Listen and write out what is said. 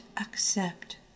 accept